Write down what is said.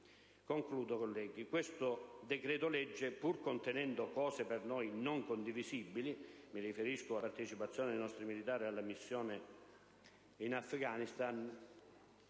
Concludendo, questo decreto-legge, pur contenendo cose per noi non condivisibili - mi riferisco alla partecipazione dei nostri militari alla missione in Afghanistan